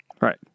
Right